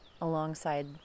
alongside